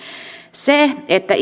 se että